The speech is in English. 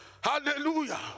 hallelujah